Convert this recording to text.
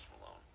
Malone